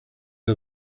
are